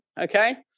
okay